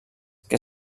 que